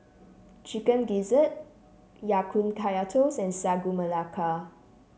Chicken Gizzard Ya Kun Kaya Toast and Sagu Melaka